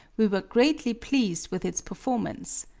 we were greatly pleased with its performance.